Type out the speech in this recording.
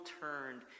turned